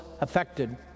affected